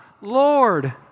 Lord